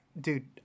Dude